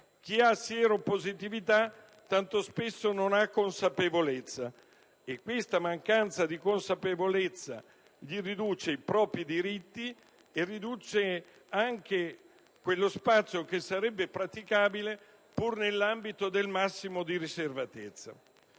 Chi è sieropositivo tanto spesso non è consapevole di esserlo e questa mancanza di consapevolezza riduce i suoi diritti e anche quello spazio che sarebbe praticabile, pur nell'ambito del massimo di riservatezza.